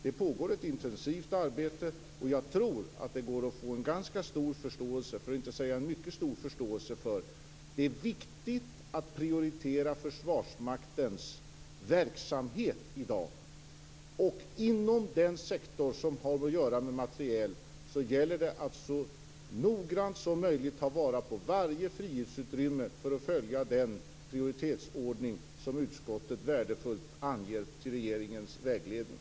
Det pågår ett intensivt arbete, och jag tror att det går att få en ganska stor förståelse för att det är viktigt att prioritera Försvarsmaktens verksamhet i dag. Inom den sektor som har att göra med materiel gäller det att så noggrant som möjligt ta vara på varje frihetsutrymme för att följa den prioritetsordning som utskottet värdefullt anger till regeringens vägledning.